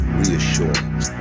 reassurance